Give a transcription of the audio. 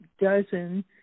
dozen